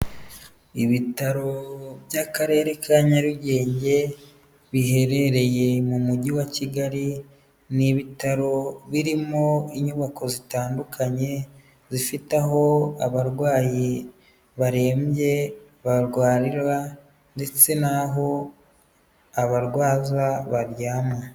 Ibitaro by'Akarere ka Nyarugenge biherereye mu mujyi wa Kigali, ni ibitaro birimo inyubako zitandukanye zifite aho abarwayi barembye barwarira ndetse n'aho abarwaza baryama.